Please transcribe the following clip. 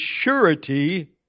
surety